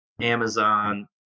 Amazon